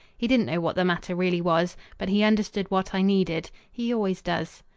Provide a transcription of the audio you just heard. he didn't know what the matter really was, but he understood what i needed. he always does.